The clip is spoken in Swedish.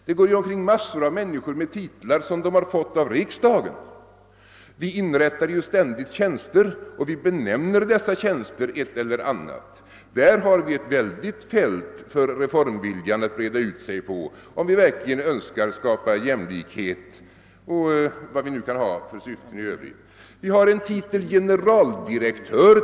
Det går omkring en mängd människor med titlar som de har fått av riksdagen. Vi inrättar ju ständigt tjänster och ger dem benämningar. Där har vi ett stort fält för reformviljan att breda ut sig på, om vi verkligen önskar skapa jämlikhet eller vad vi nu kan ha för syften i övrigt. Vi har t.ex. titeln generaldirektör.